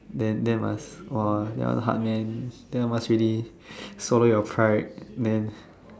then then must !wah! that one hard man that one must really swallow your pride then